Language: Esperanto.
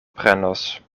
prenos